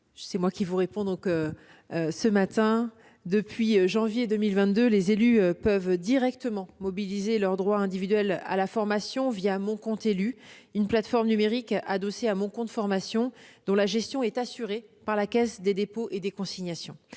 Monsieur le sénateur Reichardt, depuis janvier 2022, les élus peuvent directement mobiliser leur droit individuel à la formation Mon compte élu, une plateforme numérique adossée à Mon compte formation dont la gestion est assurée par la Caisse des dépôts et consignations